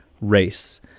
race